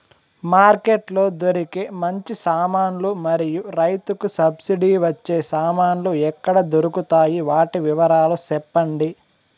Market లో దొరికే మంచి సామాన్లు మరియు రైతుకు సబ్సిడి వచ్చే సామాన్లు ఎక్కడ దొరుకుతాయి? వాటి వివరాలు సెప్పండి?